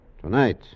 tonight